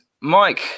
Mike